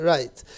Right